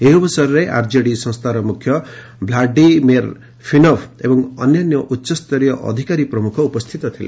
ଏହି ଅବସରରେ ଆର୍ଜେଡି ସଫସ୍ଥାର ମୁଖ୍ୟ ଭ୍ଲାଡିମିର୍ ଫିନଭ ଏବଂ ଅନ୍ୟାନ୍ୟ ଉଚ୍ଚସ୍ତରୀୟ ଅଧିକାରୀ ଉପସ୍ଥିତ ଥିଲେ